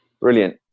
Brilliant